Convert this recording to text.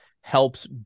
helps